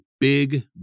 big